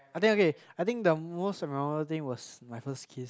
I think okay I think the most memorable thing was my first kiss